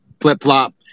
flip-flop